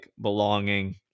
belonging